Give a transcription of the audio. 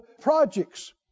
projects